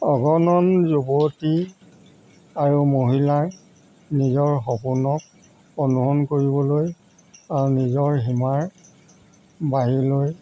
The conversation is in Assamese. অগণন যুৱতী আৰু মহিলাই নিজৰ সপোনক অনুসৰণ কৰিবলৈ আৰু নিজৰ সীমাৰ বাহিৰলৈ